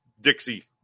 Dixie